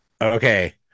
okay